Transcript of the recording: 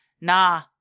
Nah